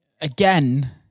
again